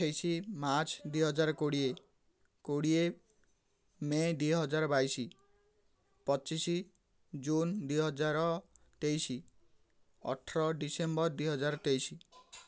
ଅଠେଇଶି ମାର୍ଚ୍ଚ ଦୁଇହଜାର କୋଡ଼ିଏ କୋଡ଼ିଏ ମେ ଦୁଇହଜାର ବାଇଶି ପଚିଶି ଜୁନ୍ ଦୁଇହଜାର ତେଇଶି ଅଠର ଡିସେମ୍ବର ଦୁଇହଜାର ତେଇଶି